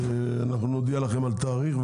אנחנו נודיע לכם על תאריך,